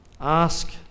Ask